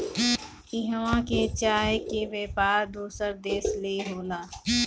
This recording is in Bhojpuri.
इहवां के चाय के व्यापार दोसर देश ले होला